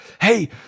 Hey